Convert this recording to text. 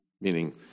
Meaning